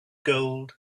gold